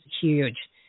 huge